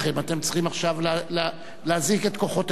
אתם צריכים עכשיו להזעיק את כוחותיכם.